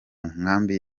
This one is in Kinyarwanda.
nkambi